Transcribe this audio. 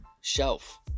shelf